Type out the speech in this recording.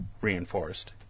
reinforced